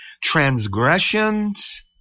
Transgressions